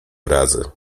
razy